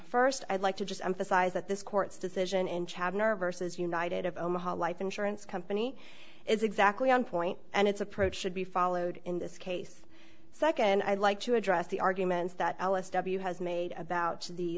first i'd like to just emphasize that this court's decision in chad nurses united of omaha life insurance company is exactly on point and its approach should be followed in this case second and i'd like to address the arguments that alice w has made about the